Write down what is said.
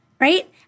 right